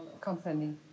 company